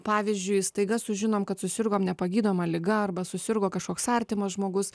pavyzdžiui staiga sužinom kad susirgo nepagydoma liga arba susirgo kažkoks artimas žmogus